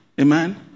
Amen